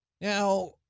Now